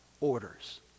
orders